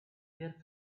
were